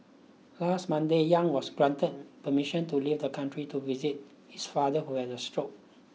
last Monday Yang was granted permission to leave the country to visit his father who had a stroke